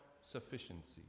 sufficiency